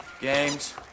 games